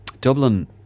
Dublin